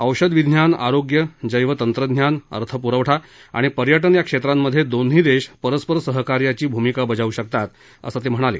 औषधविज्ञान आरोग्य जैवतंत्रज्ञान अर्थप्रवठा आणि पर्यटन या क्षेत्रांमधे दोन्ही देश परस्पर सहकार्याची भूमिका बजावू शकतात असं ते म्हणाले